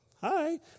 hi